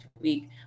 week